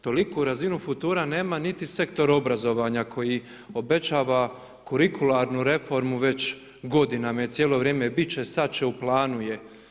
Toliku razinu futura nema niti sektor obrazovanja koji obećava kurikularnu reformu već godinama, jer cijelo vrijeme bit će, sad će, u planu je.